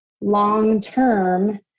long-term